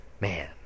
man